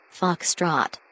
Foxtrot